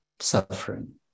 suffering